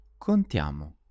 Contiamo